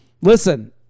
listen